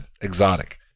exotic